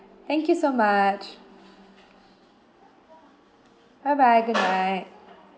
thank you so much bye bye good night